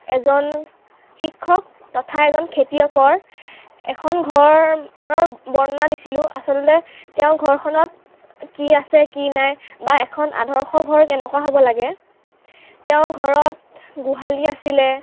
এজন শিক্ষক তথা এজন খেতিয়কৰ এখন ঘৰৰ বৰ্ণনা দিছিলোঁ আচলতে তেওঁৰ ঘৰখনত কি আছে কি নাই বা এখন আদৰ্শ ঘৰ কেনেকুৱা হ'ব লাগে তেওঁৰ ঘৰত গোহালি আছিলে